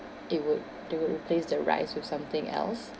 it would they would replace the rice with something else